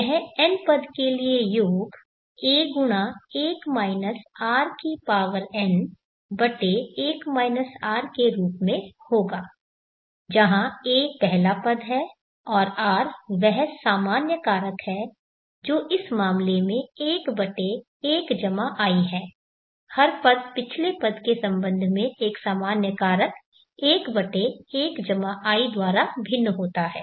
यह n पद के लिए योग a के रूप में होगा जहाँ a पहला पद है और r वह सामान्य कारक है जो इस मामले में 11i है हर पद पिछले पद के संबंध में एक सामान्य कारक 11i द्वारा भिन्न होता है